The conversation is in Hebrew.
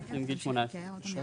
אני כן